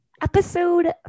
episode